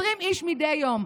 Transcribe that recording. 20 איש מדי יום.